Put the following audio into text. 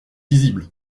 visible